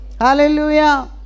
Hallelujah